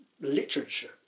literature